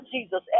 Jesus